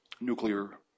nuclear